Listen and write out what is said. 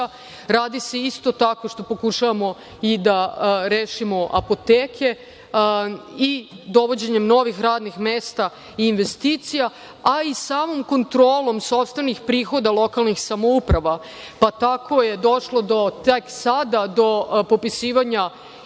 radi se, isto tako, što pokušavamo i da rešimo apoteke i dovođenjem novih radnih mesta i investicija, a i samom kontrolom sopstvenih prihoda lokalnih samouprava. Tako smo došli, tek sada, do popisivanja